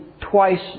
twice